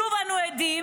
שוב אנו עדים